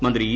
മന്ത്രി ഇ